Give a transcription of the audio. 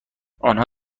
آنها